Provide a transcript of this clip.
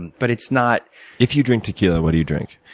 but it's not if you drink tequila, what do you drink?